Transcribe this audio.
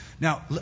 Now